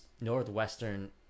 northwestern